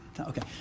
okay